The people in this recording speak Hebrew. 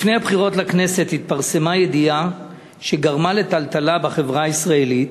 לפני הבחירות לכנסת התפרסמה ידיעה שגרמה לטלטלה בחברה הישראלית,